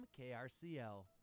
KRCL